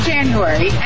January